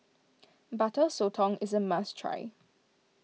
Butter Sotong is a must try